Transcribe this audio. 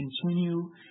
continue